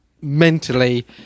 mentally